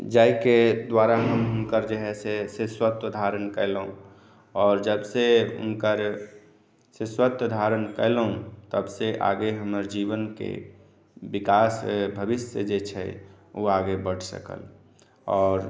जाहिके द्वारा हम हुनकर जे हइ से शिष्यत्व धारण कयलहुँ आओर जबसँ हुनकर शिष्यत्व धारण कयलहुँ तबसँ आगे हमर जीवनके विकास भविष्य जे छै ओ आगे बढ़ि सकल आओर